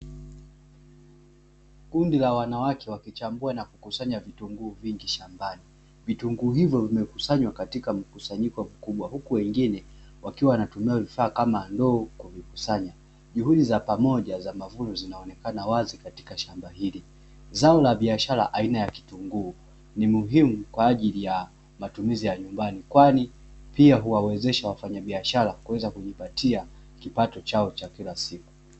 Kundi la wanawake wakichambua na kukusanya vitunguu vingi shambani, vitunguu hivyo vimekusanywa katika mkusanyiko mkubwa huku wengine wakiwa wanatumia vifaa kama ndoo kuvikusanya. Juhudi za pamoja za mavuno zinaonekana wazi katika shamba hili. Zao la biashara aina ya kitunguu ni muhimu kwa ajili ya matumizi ya nyumbani, kwani pia huwawezesha wafanyabiashara kuweza kujipatia kipato chao cha kila siku.